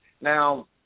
Now